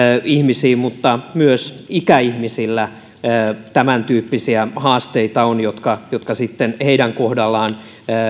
ihmisiin mutta myös ikäihmisillä on tämäntyyppisiä haasteita jotka jotka sitten heidän kohdallaan